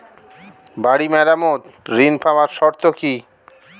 বাড়ি মেরামত ঋন পাবার শর্ত কি?